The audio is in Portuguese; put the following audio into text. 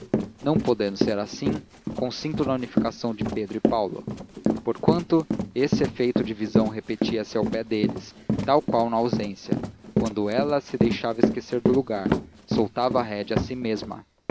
não podendo ser assim consinto na unificação de pedro e paulo porquanto esse efeito de visão repetia-se ao pé deles tal qual na ausência quando ela se deixava esquecer do lugar e soltava a rédea a si mesma